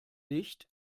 nicht